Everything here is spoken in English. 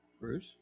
Bruce